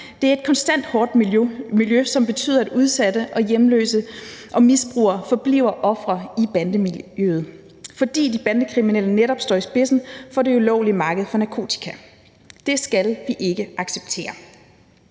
Det er et konstant hårdt miljø, som betyder, at udsatte og hjemløse og misbrugere forbliver ofre i bandemiljøet, fordi de bandekriminelle netop står i spidsen for det ulovlige marked for narkotika. Det skal vi ikke acceptere.